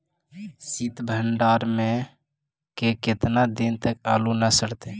सित भंडार में के केतना दिन तक आलू न सड़तै?